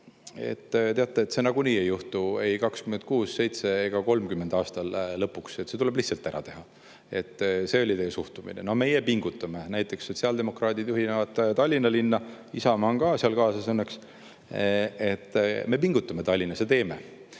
et teate, see nagunii ei juhtu, ei 2026., 2027. ega 2030. aastal, see tuleb lihtsalt ära teha. See oli teie suhtumine. No meie pingutame. Näiteks, sotsiaaldemokraadid juhivad Tallinna linna, Isamaa on ka seal kaasas õnneks. Me pingutame Tallinnas ja teeme